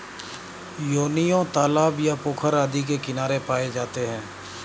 योनियों तालाब या पोखर आदि के किनारे पाए जाते हैं